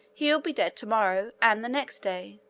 he will be dead to-morrow, and the next day,